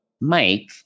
Mike